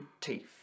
Teeth